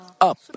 up